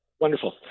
Wonderful